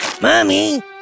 Mommy